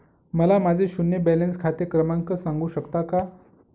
मला माझे शून्य बॅलन्स खाते क्रमांक सांगू शकता का?